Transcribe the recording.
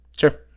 Sure